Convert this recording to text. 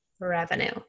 revenue